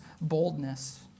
boldness